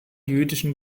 jüdischen